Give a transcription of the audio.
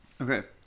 Okay